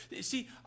See